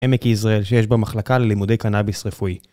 עמק יזרעאל שיש בה מחלקה ללימודי קנאביס רפואי.